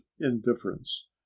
indifference